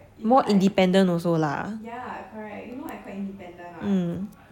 more independent also lah mm